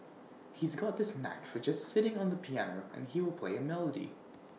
he's got this knack for just sitting on the piano and he will play A melody